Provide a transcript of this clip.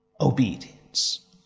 obedience